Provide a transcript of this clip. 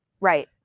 right